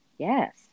Yes